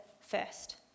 first